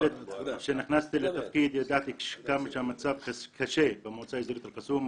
כשנכנסתי לתפקיד ידעתי כמה שהמצב קשה במועצה האזורית אל קאסום,